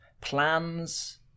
plans